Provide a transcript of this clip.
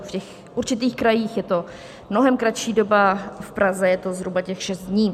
V určitých krajích je to mnohem kratší doba, v Praze je to zhruba těch šest dní.